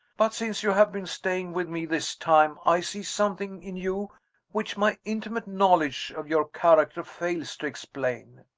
but, since you have been staying with me this time, i see something in you which my intimate knowledge of your character fails to explain.